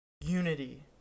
unity